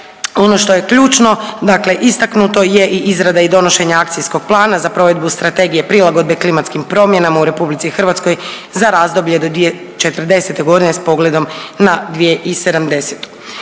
ono što je ključno dakle istaknuto je i izrada i donošenje akcijskog plana za provedbu Strategije prilagodbe klimatskim promjenama u RH za razdoblje do 2040.g. s pogledom na 2017.. Također